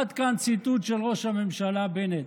עד כאן ציטוט של ראש הממשלה בנט.